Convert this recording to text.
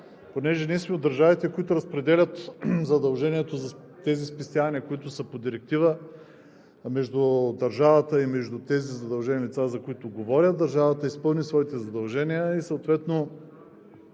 Понеже ние сме от държавите, които разпределят задължението за спестяванията, които са по Директива – между държавата и между тези задължени лица, за които говоря, държавата изпълни своите задължения. Съответно